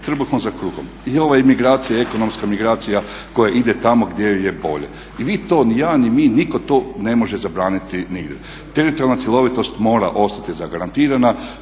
trbuhom za kruhom. I ova migracija, ekonomska migracija koja ide tamo gdje joj je bolje i vi to ni ja ni mi niko to ne može zabraniti nigdje. Teritorijalna cjelovitost mora ostati zagarantirana